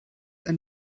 ein